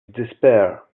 despair